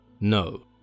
No